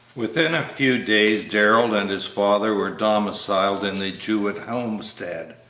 within a few days darrell and his father were domiciled in the jewett homestead,